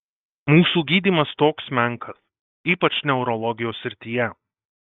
mūsų gydymas toks menkas ypač neurologijos srityje